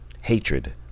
hatred